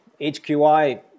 HQI